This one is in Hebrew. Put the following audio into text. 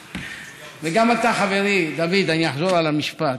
גם אתה, חברי דוד, אני אחזור על המשפט: